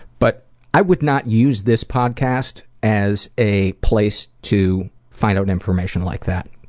but i would not use this podcast as a place to find out information like that.